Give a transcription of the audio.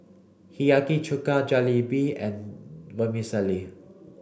Hiyashi Chuka Jalebi and Vermicelli